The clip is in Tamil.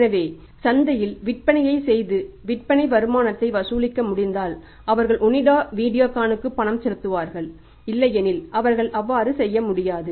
எனவே சந்தையில் விற்பனையைச் செய்து விற்பனை வருமானத்தை வசூலிக்க முடிந்தால் அவர்கள் ஒனிடா வீடியோகானுக்கு பணம் செலுத்துவார்கள் இல்லையெனில் அவர்கள் அவ்வாறு செய்ய முடியாது